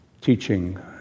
teaching